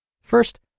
First